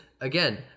again